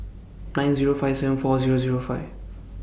nine Zero five seven four Zero Zero five